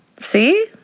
See